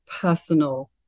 personal